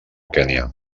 kenya